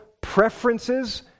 preferences